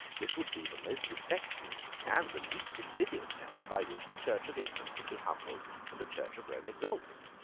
this would be the most effectual and the least invidious method by which the church of england could be humbled and the church of rome exalted.